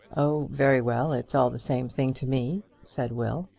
oh, very well it's all the same thing to me, said will.